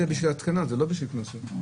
לבתים זה בשביל ההתקנה, לא בשביל קנסות.